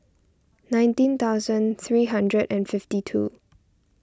nineteen thousand three hundred and fifty two